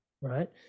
right